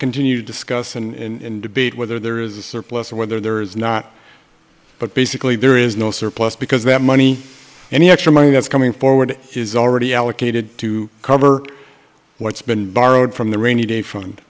continue discuss in debate whether there is a surplus or whether there is not but basically there is no surplus because that money any extra money that's coming forward is already allocated to cover what's been borrowed from the rainy day fund